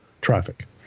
traffic